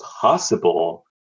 possible